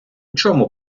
чому